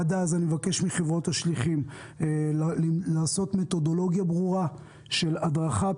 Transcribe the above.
עד אז אני מבקש מחברות השליחות לעשות מתודולוגיה ברורה של הדרכה,